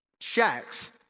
shacks